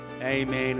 Amen